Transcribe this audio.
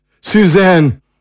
Suzanne